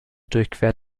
durchquert